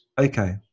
okay